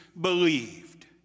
believed